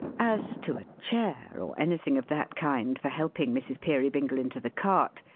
as to a chair, or anything of that kind for helping mrs. peerybingle into the cart,